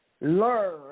learn